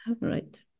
Right